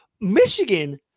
Michigan